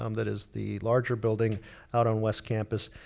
um that is the larger building out on west campus.